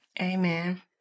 Amen